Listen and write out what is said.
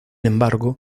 embargo